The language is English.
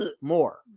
more